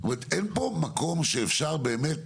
זאת אומרת אין פה מקום שאפשר באמת